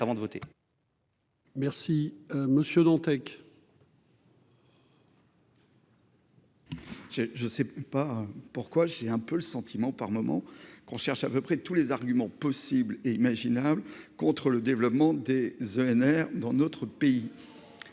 Merci Monsieur Dantec.